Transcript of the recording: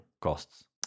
costs